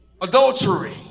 adultery